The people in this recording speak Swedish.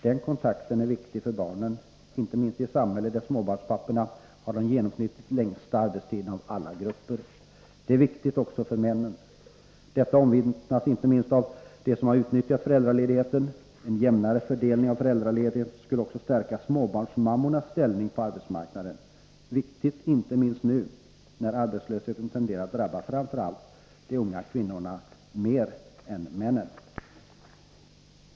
Den kontakten är viktig för barnen, inte minst i ett samhälle där småbarnspapporna har den genomsnittligt längsta arbetstiden av alla grupper. Det är viktigt också för männen. Detta omvittnas inte minst av de män som utnyttjat föräldraledigheten. En jämnare fördelning av föräldraledigheten skulle också stärka småbarnsmammornas ställning på arbetsmarknaden — viktigt inte minst nu när arbetslösheten tenderar att drabba framför allt de unga kvinnorna mer än männen.